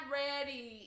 ready